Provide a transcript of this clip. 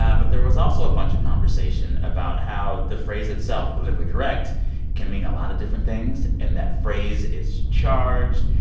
ah but there was also a bunch of conversation about how the phrase itself politically correct can mean a lot of different things. and that phrase is charged.